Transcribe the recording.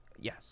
Yes